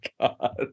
god